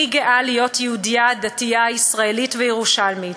אני גאה להיות יהודייה דתייה ישראלית וירושלמית,